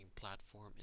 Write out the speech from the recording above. platform